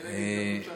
תהיה להם הזדמנות שווה.